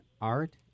art